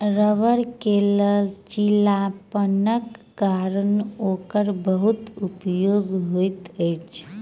रबड़ के लचीलापनक कारणेँ ओकर बहुत उपयोग होइत अछि